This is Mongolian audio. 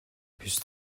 биш